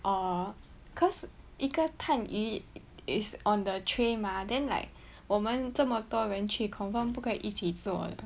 err cause 一个探鱼 is on the train mah then like 我们这么多人去 confirm 不可以一起坐的